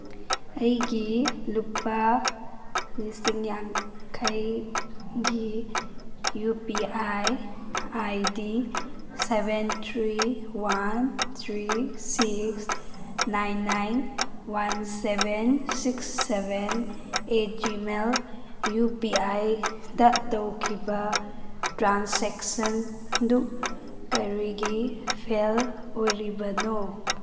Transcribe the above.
ꯑꯩꯒꯤ ꯂꯨꯄꯥ ꯂꯤꯁꯤꯡ ꯌꯥꯡꯈꯩꯒꯤ U P I I D seven three one three six nine nine one seven six seven eight Gmail U P ꯑꯥꯏꯗ ꯇꯧꯈꯤꯕ ꯇ꯭ꯔꯥꯟꯁꯦꯛꯁꯟꯗꯨ ꯀꯔꯤꯒꯤ ꯐꯦꯜ ꯑꯣꯏꯔꯤꯕꯅꯣ